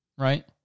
right